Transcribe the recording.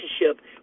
relationship